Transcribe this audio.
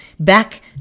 back